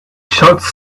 shots